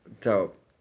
Dope